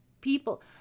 people